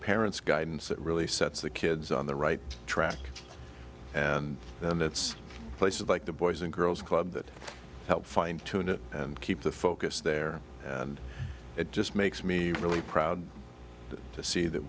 parents guidance that really sets the kids on the right track and then it's places like the boys and girls club that help fine tune it and keep the focus there and it just makes me really proud to see that